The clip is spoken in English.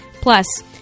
Plus